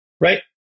right